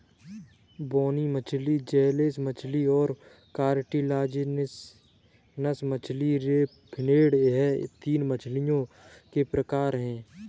बोनी मछली जौलेस मछली और कार्टिलाजिनस मछली रे फिनेड यह तीन मछलियों के प्रकार है